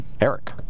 Eric